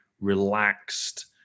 relaxed